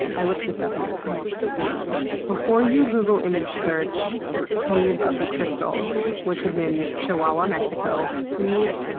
i looked this up and it's insane. before you google image search cave of the crystals, which is in chihuahua, mexico, please,